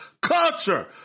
culture